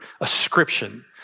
ascription